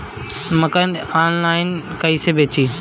मकई आनलाइन कइसे बेची?